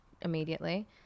immediately